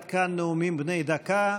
עד כאן נאומים בני דקה.